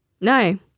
No